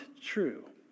true